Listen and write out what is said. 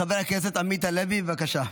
חבר הכנסת עמית הלוי, בבקשה.